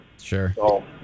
Sure